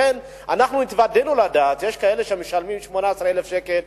אנחנו התוודענו לזה שיש כאלה שמשלמים 18,000 שקל,